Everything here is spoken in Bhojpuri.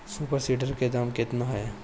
सुपर सीडर के दाम केतना ह?